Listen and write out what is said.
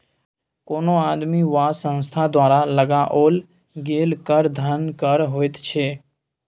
कोनो आदमी वा संस्था द्वारा लगाओल गेल कर धन कर होइत छै